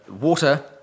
water